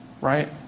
right